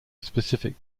specific